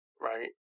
right